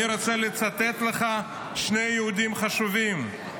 אני רוצה לצטט לך שני יהודים חשובים,